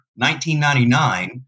1999